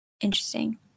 interesting